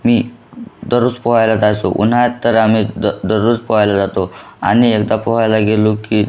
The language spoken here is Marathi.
मी दरोज पोआयला जायसो उन्हाळ्यात तर आम्ही दर दररोज पोआयला जातो आणि एकदा पोहायला गेलो की